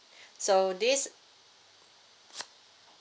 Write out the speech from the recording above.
so this